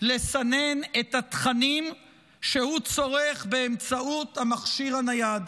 לסנן את התכנים שהוא צורך באמצעות המכשיר הנייד.